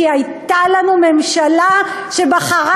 כי הייתה לנו ממשלה שבחרה